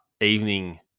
evening